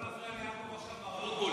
לא להפריע ליעקב עכשיו, מר אבוטבול.